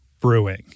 brewing